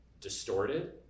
distorted